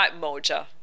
Moja